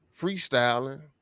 freestyling